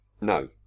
No